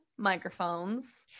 Microphones